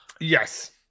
Yes